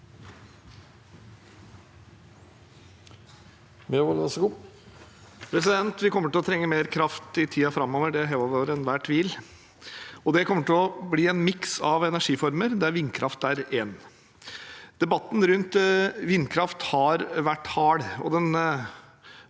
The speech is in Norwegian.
Vi kommer til å trenge mer kraft i tiden framover – det er hevet over enhver tvil. Det kommer til å bli en miks av energiformer, der vindkraft er én form. Debatten rundt vindkraft har vært hard,